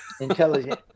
Intelligent